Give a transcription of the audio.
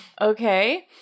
okay